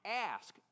ask